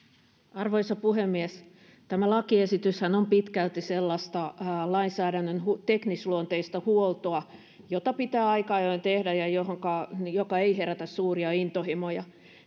arvoisa puhemies tämä lakiesityshän on pitkälti sellaista lainsäädännön teknisluonteista huoltoa jota pitää aika ajoin tehdä ja joka ei herätä suuria intohimoja